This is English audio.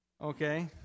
okay